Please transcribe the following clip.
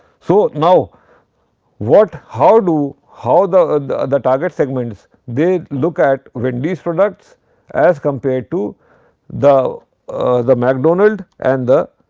so, now what how do how the ah the the target segments they look at wendy's products as compared to the the mcdonald and